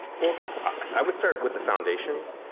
well, i would start with a foundation.